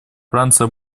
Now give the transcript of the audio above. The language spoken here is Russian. франция